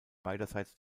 beiderseits